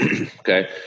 Okay